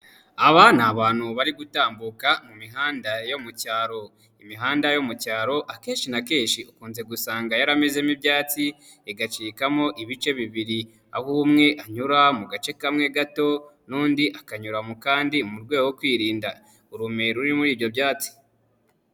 Aba ni abantu bari gutambuka mu mihanda yo mu cyaro. Imihanda yo mu cyaro akenshi na kenshi ukunze gusanga yaramezemo ibyatsi, igacikamo ibice bibiri, aho umwe anyura mu gace kamwe gato n'undi akanyura mu kandi mu rwego rwo kwirinda urume ruri muri ibyo byatsi.